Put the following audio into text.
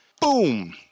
boom